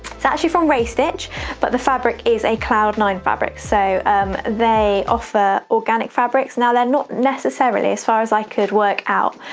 it's actually from ray stitch but the fabric is a cloud nine fabric. so um they offer organic fabrics. now they're not necessarily as far as i could work out,